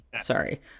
Sorry